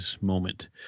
moment